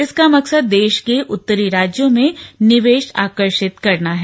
इसका मकसद देश के उत्तरी राज्यों में निवेश आकर्षित करना है